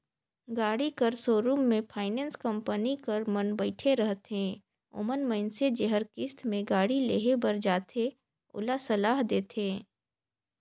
गाड़ी कर सोरुम में फाइनेंस कंपनी कर मन बइठे रहथें ओमन मइनसे जेहर किस्त में गाड़ी लेहे बर जाथे ओला सलाह देथे